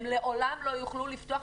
הם לעולם לא יוכלו לפתוח,